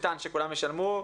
לא ניתן שכולם ידברו.